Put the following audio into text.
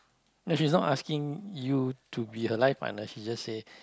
no she's not asking you to be her life partner she just say